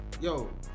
Yo